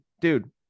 Dude